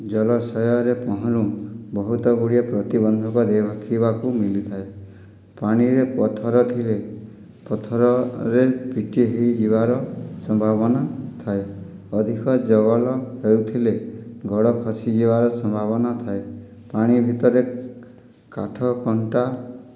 ଜଳାଶୟରେ ପହଁରୁ ବହୁତ ଗୁଡ଼ିଏ ପ୍ରତିବନ୍ଧକ ଦେଖିବାକୁ ମିଳିଥାଏ ପାଣିରେ ପଥର ଥିଲେ ପଥରରେ ପିଟି ହୋଇଯିବାର ସମ୍ଭାବନା ଥାଏ ଅଧିକ ଜଗଳ ହେଉଥିଲେ ଗୋଡ଼ ଖସିଯିବାର ସମ୍ଭାବନା ଥାଏ ପାଣି ଭିତରେ କାଠ କଣ୍ଟା